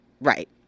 right